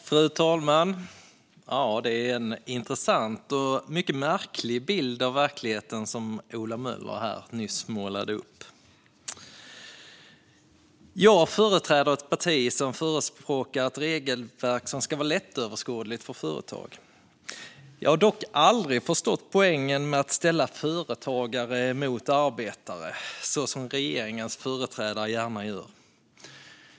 Fru talman! Det är en intressant och mycket märklig bild av verkligheten som Ola Möller nyss målade upp. Jag företräder ett parti som förespråkar ett regelverk som ska vara lättöverskådligt för företag. Jag har dock aldrig förstått poängen med att ställa företagare mot arbetare så som regeringens företrädare gärna gör.